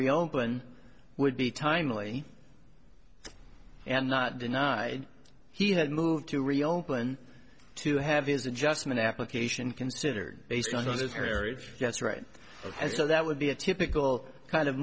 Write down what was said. reopen would be timely and not denied he had moved to reopen to have his adjustment application considered based on his heritage yes right as to that would be a typical kind of